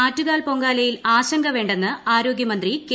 ആറ്റുകാൽ പൊങ്കാലയിൽ ആശങ്ക വേണ്ടെന്ന് ആരോഗ്യമന്ത്രി കെ